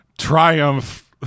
Triumph